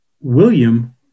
William